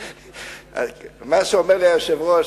מה שאומר לי היושב-ראש,